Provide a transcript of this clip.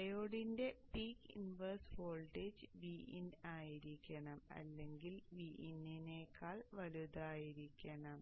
ഡയോഡിന്റെ peak inverse voltage Vin ആയിരിക്കണം അല്ലെങ്കിൽ Vin നേക്കാൾ വലുതായിരിക്കണം